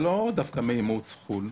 זה לא דווקא מאימוץ חו"ל.